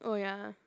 oh ya